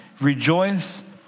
rejoice